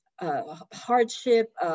hardship